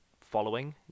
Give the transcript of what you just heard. following